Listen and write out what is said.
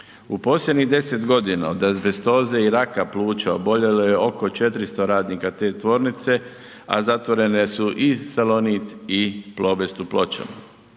U posljednjih 10 godina od azbestoze i raka pluća oboljelo je oko 400 radnika te tvornice, a zatvorene su i Salonit i Plobest u Pločama.